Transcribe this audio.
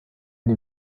den